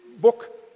book